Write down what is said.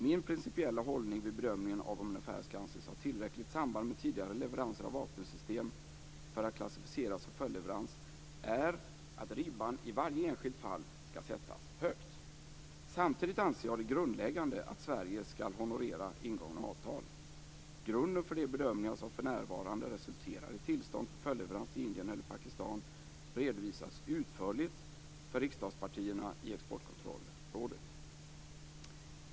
Min principiella hållning vid bedömningen av om en affär skall anses ha tillräckligt samband med tidigare leveranser av vapensystem för att klassificeras som följdleverans är att ribban i varje enskilt fall ska sättas högt. Samtidigt anser jag det grundläggande att Sverige ska honorera ingångna avtal. Grunden för de bedömningar som för närvarande resulterar i tillstånd för följdleverans till Indien eller Pakistan redovisas utförligt för riksdagspartierna i Exportkontrollrådet.